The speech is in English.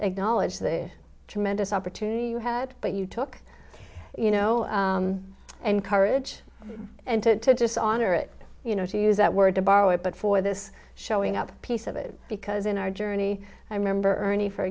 acknowledge the tremendous opportunity you had but you took you know and courage and to just honor it you know to use that word to borrow it but for this showing up piece of it because in our journey i remember ernie for